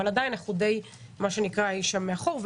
אבל עדיין די מה שנקרא אי שם מאחור,